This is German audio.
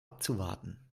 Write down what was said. abzuwarten